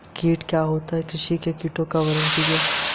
कीट क्या होता है कृषि में कीटों का वर्णन कीजिए?